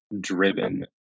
driven